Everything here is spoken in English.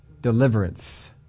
deliverance